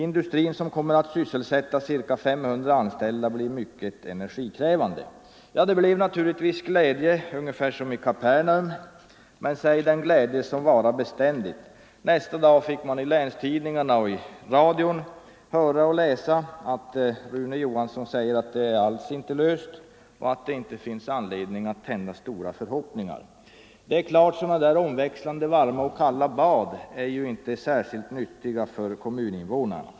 Industrin som kommer att sysselsätta ca 500 anställda blir mycket energikrävande.” Det blev naturligtvis glädje ungefär som i Kapernaum, men säg den glädje som varar beständigt. Nästa dag fick man genom länstidningar och radio veta att Rune Johansson anser att frågan alls inte är löst och att det inte finns anledning att tända stora förhoppningar. Det är klart att sådana där omväxlande varma och kalla bad inte är särskilt nyttiga för kommuninvånarna.